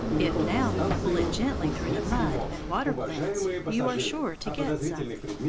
if now you pull it gently through the mud and water-plants, you are sure to get something.